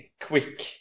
quick